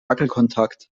wackelkontakt